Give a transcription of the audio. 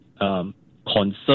concern